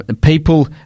people